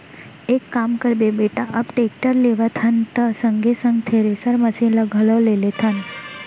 एक काम करबे बेटा अब टेक्टर लेवत हन त संगे संग थेरेसर मसीन ल घलौ ले लेथन